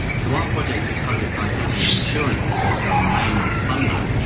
so our project is funded by catlin insurance as our main funder,